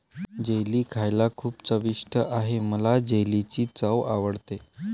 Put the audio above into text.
jelly खायला खूप चविष्ट आहे मला जेलीची चव आवडते